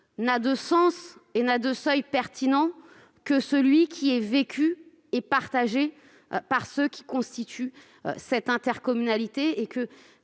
n'est de seuil pertinent que celui qui est vécu et partagé par ceux qui constituent une intercommunalité. Je